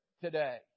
today